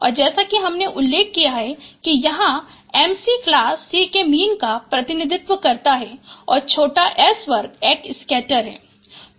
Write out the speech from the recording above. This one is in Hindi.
और जैसा कि हमने उल्लेख किया है कि यहाँ m c क्लास C के मीन का प्रतिनिधित्व करता है और छोटा s वर्ग एक स्कैटर है